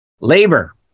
Labor